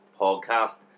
podcast